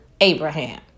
Abraham